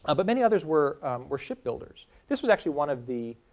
ah but many others were were ship-builders. this was actually one of the